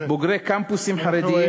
בוגרי קמפוסים חרדיים,